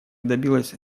добилась